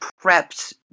prepped